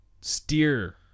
steer